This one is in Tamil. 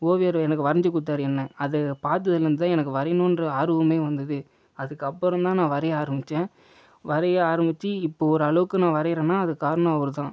ஓவியர் எனக்கு வரைஞ்சு கொடுத்தாரு என்னை அதை பார்த்ததுலேருந்து தான் எனக்கு வரையணும் என்ற ஆர்வமே வந்தது அதுக்கு அப்பறம் தான் நான் வரைய ஆரம்பித்தேன் வரைய ஆரம்பித்து இப்போது ஓரளவுக்கு நான் வரையறேன்னால் அதுக்குக் காரணம் அவர் தான்